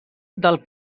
del